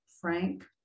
Frank